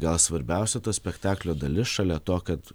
gal svarbiausia to spektaklio dalis šalia to kad